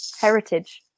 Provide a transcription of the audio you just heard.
heritage